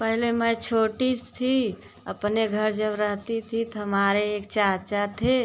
पहले मैं छोटी सी थी अपने घर जब रहती थी तो हमारे एक चाचा थे